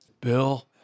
Bill